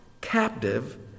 captive